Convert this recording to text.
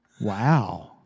Wow